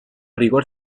rigor